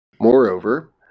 Moreover